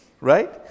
right